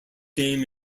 game